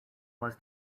was